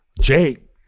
Jake